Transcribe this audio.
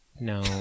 No